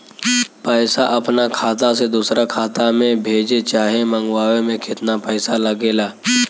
पैसा अपना खाता से दोसरा खाता मे भेजे चाहे मंगवावे में केतना पैसा लागेला?